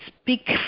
speak